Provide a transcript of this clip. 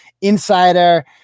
insider